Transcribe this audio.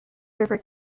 river